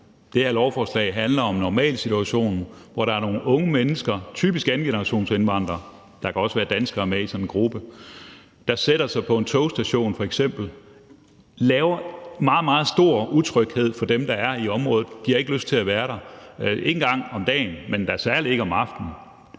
det her lovforslag handler om normalsituationen, hvor der er nogle unge mennesker, typisk andengenerationsindvandrere – der kan også være danskere med i sådan en gruppe – der f.eks. sætter sig på en togstation og skaber meget, meget stor utryghed for dem, der er i området. De har ikke lyst til at være der, ikke engang om dagen, men da særlig ikke om aftenen.